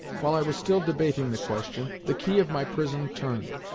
while i was still debating the question, the key of my prison turned,